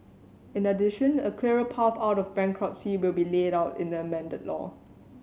in addition a clearer path out of bankruptcy will be laid out in the amended law